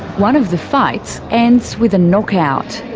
one of the fights ends with a knockout.